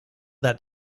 that